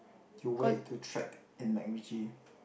to wear it to trek in MacRitchie